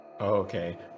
Okay